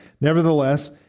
nevertheless